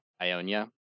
Ionia